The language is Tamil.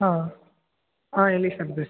ஆ ஆ எழில் சார்